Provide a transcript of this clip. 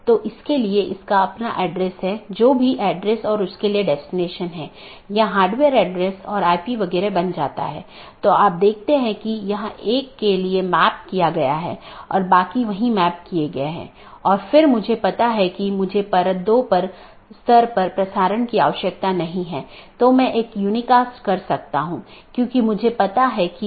दो जोड़े के बीच टीसीपी सत्र की स्थापना करते समय BGP सत्र की स्थापना से पहले डिवाइस पुष्टि करता है कि BGP डिवाइस रूटिंग की जानकारी प्रत्येक सहकर्मी में उपलब्ध है या नहीं